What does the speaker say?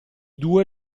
due